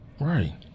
right